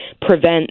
prevent